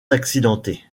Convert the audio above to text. accidenté